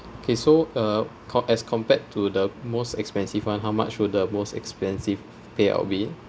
okay so uh comp~ as compared to the most expensive one how much would the most expensive payout when